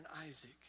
Isaac